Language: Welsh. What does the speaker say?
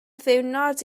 ddiwrnod